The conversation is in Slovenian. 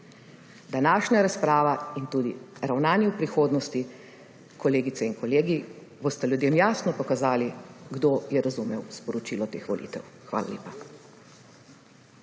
Današnja razprava in tudi ravnanje v prihodnosti, kolegice in kolegi, bosta ljudem jasno pokazala, kdo je razumel sporočilo teh volitev. Hvala lepa.